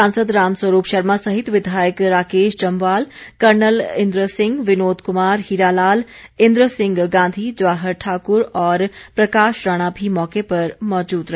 सांसद राम स्वरूप शर्मा सहित विधायक राकेश जम्वाल कर्नल इंद्र सिंह विनोद कुमार हीरा लाल इंद्र सिंह गांधी जवाहर ठाकुर और प्रकाश राणा भी मौके पर मौजूद रहे